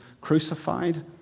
crucified